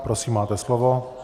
Prosím, máte slovo.